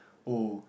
oh